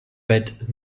bed